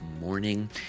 morning